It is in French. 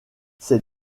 ses